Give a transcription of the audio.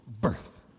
Birth